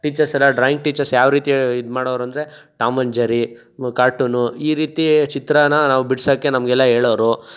teachers ಎಲ್ಲ drawing teachers ಯಾವರೀತಿ ಇದು ಮಾಡೋರಂದರೆ ಟಾಮಂಜರಿ ಕಾರ್ಟೂನು ಈ ರೀತಿ ಚಿತ್ರಾನ ನಾವು ಬಿಡ್ಸೋಕ್ಕೆ ನಮ್ಗೆಲ್ಲ ಹೇಳೋರು